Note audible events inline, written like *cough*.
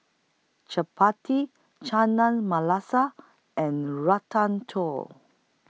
Chapati Chana *unintelligible* and Ratatouille